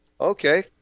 okay